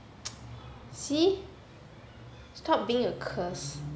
see stop being a curse